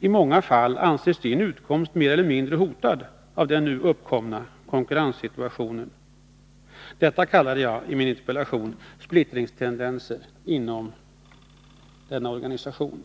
i många fall anser sin utkomst mer eller mindre hotad av den nu uppkomna konkurrenssituationen. Detta kallade jag i min interpellation splittringstendenser inom denna organisation.